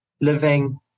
living